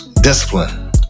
discipline